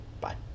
bye